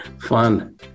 Fun